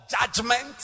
judgment